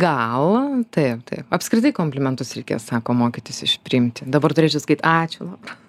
gal taip taip apskritai komplimentus reikia sako mokytis iš priimti dabar turėčiau sakyt ačiū labai